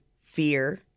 fear